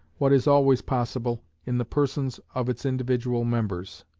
what is always possible, in the persons of its individual members.